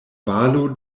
valo